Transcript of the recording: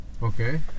Okay